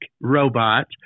robot